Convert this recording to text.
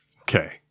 Okay